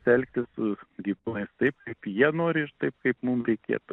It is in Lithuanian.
elktis su gyvūnais taip kaip jie nori ir taip kaip mum reikėtų